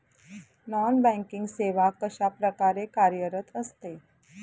Non banking सेवा कशाप्रकारे कार्यरत असते?